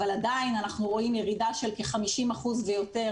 אבל עדיין אנחנו רואים ירידה של כ-50% ויותר